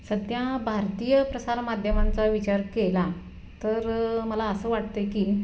सध्या भारतीय प्रसारमाध्यमांचा विचार केला तर मला असं वाटतं की